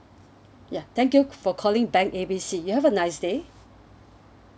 ya thank you for calling bank A B C you have a nice day